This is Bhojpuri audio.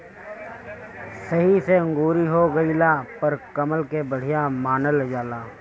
सही से अंकुरी हो गइला पर फसल के बढ़िया मानल जाला